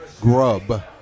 grub